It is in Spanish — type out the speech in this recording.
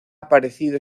aparecido